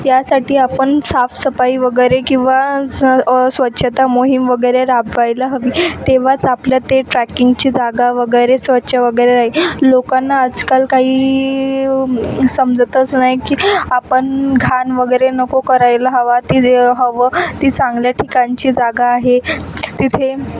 यासाठी आपण साफ सफाई वगैरे किंवा स्वछता मोहीम वगैरे राबवायला हवी तेव्हाच आपलं ते ट्रॅकिंगची जागा वगैरे स्वछ वगैरे राहील लोकांना आजकाल काही समजतच नाही की आपण घाण वगैरे नको करायला हवा ते हवं ती चांगल्या ठिकाणची जागा आहे तिथे